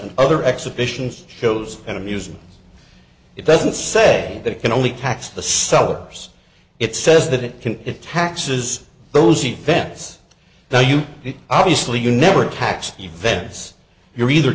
and other exhibitions shows an amusement it doesn't say that it can only tax the sellers it says that it can it taxes those events though you obviously you never tax events you're either